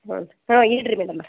ಹ್ಞೂ ರೀ ಹಾಂ ಇಲ್ಲಾರಿ ಮೇಡಮಾರೆ